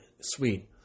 sweet